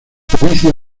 codicia